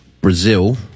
Brazil